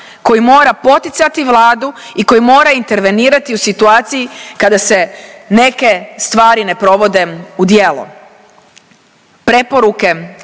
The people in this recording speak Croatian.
koji mora poticati Vladu i koji mora intervenirati u situaciji kada se neke stvari ne provode u djelo.